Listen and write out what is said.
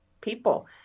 people